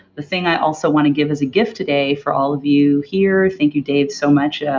the thing i also want to give as a gift today for all of you here, thank you dave so much, yeah